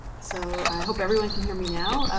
so i hope everyone can hear me now.